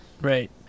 right